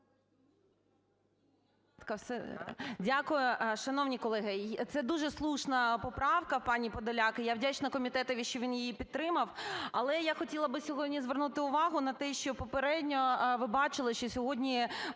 Дякую. Шановні колеги, це дуже слушна поправка пані Подоляк, і я вдячна комітетові, що він її підтримав. Але я хотіла би сьогодні звернути увагу на те, що попередньо ви бачили, що сьогодні